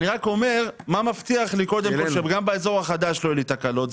אני רק אומר מה מבטיח לי קודם כל שגם באזור החדש לא יהיו לי תקלות,